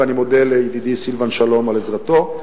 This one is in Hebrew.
ואני מודה לידידי סילבן שלום על עזרתו.